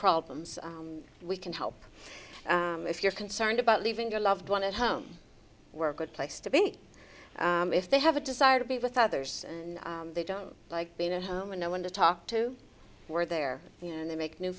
problems we can help if you're concerned about leaving your loved one at home we're good place to be if they have a desire to be with others and they don't like being at home and no one to talk to we're there and they make new